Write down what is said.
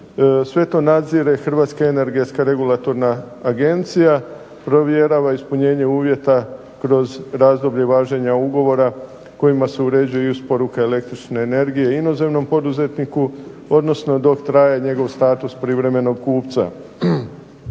Sve to nadzire HERA-a provjerava ispunjenje uvjeta kroz razbolje važenja ugovora kojima se uređuje isporuke električne energije inozemnom poduzetniku odnosno dok traje njegov status privremenog kupca.